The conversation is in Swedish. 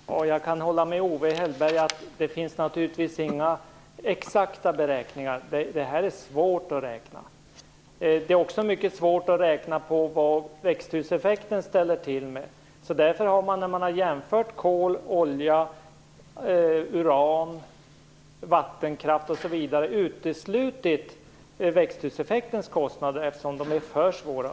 Herr talman! Jag kan hålla med Owe Hellberg att det naturligtvis inte finns några exakta beräkningar. Detta är svårt att beräkna. Det är också mycket svårt att räkna på vad växthuseffekten ställer till med. Därför har man när man har jämfört kol, olja, uran, vattenkraft, osv. uteslutit växthuseffektens kostnader, eftersom de är för svåra